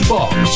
Box